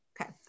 Okay